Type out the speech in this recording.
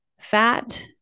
fat